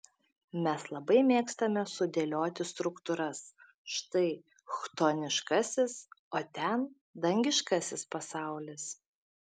mes labai mėgstame sudėlioti struktūras štai chtoniškasis o ten dangiškasis pasaulis